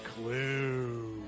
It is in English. clue